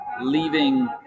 leaving